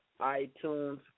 iTunes